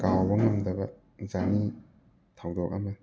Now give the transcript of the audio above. ꯀꯥꯎꯕ ꯉꯝꯗꯕ ꯖꯔꯅꯤ ꯊꯧꯗꯣꯛ ꯑꯃ